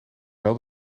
wel